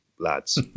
lads